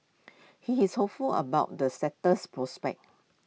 he is hopeful about the sector's prospects